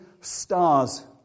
stars